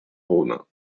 romain